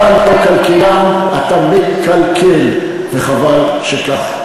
אתה לא כלכלן, אתה מקלקל, וחבל שכך.